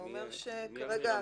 מי המרמה?